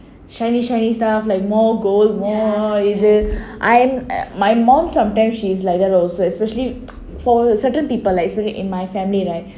shiny shiny stuff like more gold I my mom sometimes she's like that also especially for certain people like in my family right